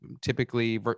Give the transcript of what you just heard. typically